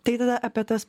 tai tada apie tas